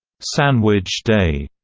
sandwich day,